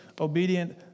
obedient